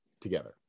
together